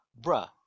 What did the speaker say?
bruh